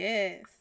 Yes